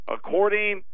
According